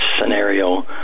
scenario